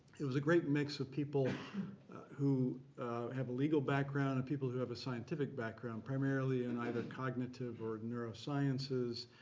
it was a great mix of people who have a legal background and people who have a scientific background, primarily in either cognitive or neurosciences.